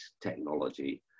technology